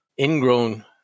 ingrown